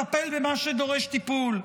היו אין-ספור הצעות לטפל במה שדורש טיפול,